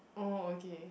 oh okay